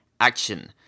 Action